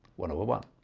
one over one.